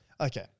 Okay